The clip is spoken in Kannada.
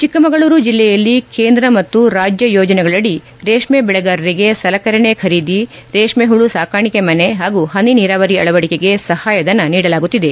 ಚಿಕ್ಕಮಗಳೂರು ಜಿಲ್ಲೆಯಲ್ಲಿ ಕೇಂದ್ರ ಮತ್ತು ರಾಜ್ಯ ಯೋಜನೆಗಳಡಿ ರೇಷ್ಮೆ ಬೆಳೆಗಾರರಿಗೆ ಸಲಕರಣೆ ಖರೀದಿ ರೇಷ್ಮೆ ಹುಳು ಸಾಕಾಣಿಕೆ ಮನೆ ಹಾಗೂ ಹನಿ ನೀರಾವರಿ ಅಳವಡಿಕೆಗೆ ಸಹಾಯಧನ ನೀಡಲಾಗುತ್ತಿದೆ